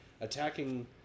attacking